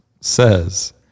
says